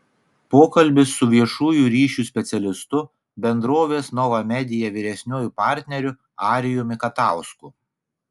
pokalbis su viešųjų ryšių specialistu bendrovės nova media vyresniuoju partneriu arijumi katausku